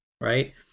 right